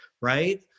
right